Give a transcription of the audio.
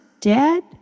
dead